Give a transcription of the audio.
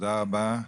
תודה רבה.